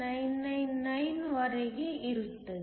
999 ವರೆಗೆ ಇರುತ್ತದೆ